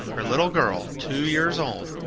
her little girl, two years old.